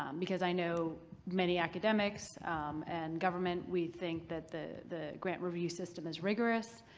um because i know many academics and government, we think that the the grant review system is rigorous,